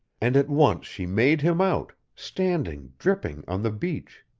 and at once she made him out, standing dripping on the beach.